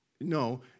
No